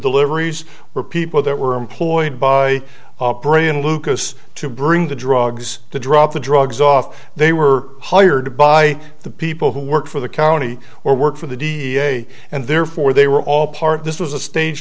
deliveries were people that were employed by brian lucas to bring the drugs to drop the drugs off they were hired by the people who work for the county or work for the da and therefore they were all part this was a stage